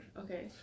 Okay